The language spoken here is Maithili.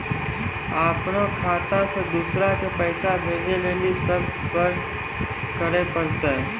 अपनो खाता से दूसरा के पैसा भेजै लेली की सब करे परतै?